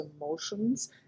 emotions